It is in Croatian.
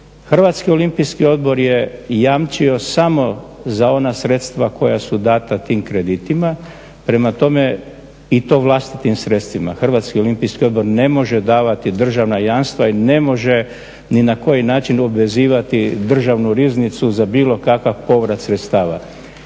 Hrvatski olimpijski odbor je jamčio samo za ona sredstva koja su dana tim kreditima, prema tome i to vlastitim sredstvima, Hrvatski olimpijski odbor ne može davati državna jamstva i ne može ni na koji način obvezivati državnu riznicu za bilo kakav povrat sredstva.